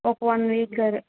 ఒక one week సరే